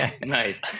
Nice